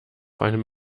einem